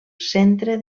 centre